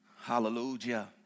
Hallelujah